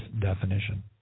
definition